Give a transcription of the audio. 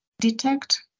detect